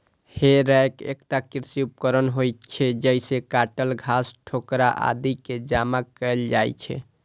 हे रैक एकटा कृषि उपकरण होइ छै, जइसे काटल घास, ठोकरा आदि कें जमा कैल जाइ छै